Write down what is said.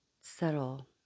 settle